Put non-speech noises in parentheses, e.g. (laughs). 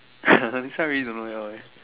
(laughs) this one I really don't know at all eh